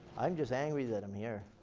i'm just angry that i'm here.